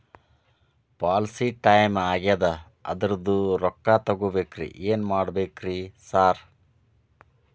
Policy time ಆಗ್ಯಾದ ಅದ್ರದು ರೊಕ್ಕ ತಗಬೇಕ್ರಿ ಏನ್ ಮಾಡ್ಬೇಕ್ ರಿ ಸಾರ್?